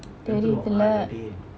தெரியுதுல:teriyuthula